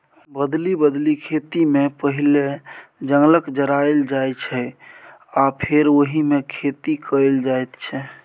बदलि बदलि खेतीमे पहिने जंगलकेँ जराएल जाइ छै आ फेर ओहिमे खेती कएल जाइत छै